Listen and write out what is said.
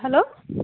hello